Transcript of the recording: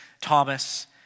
Thomas